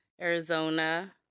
Arizona